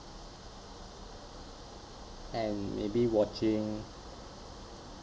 and maybe watching